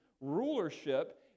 rulership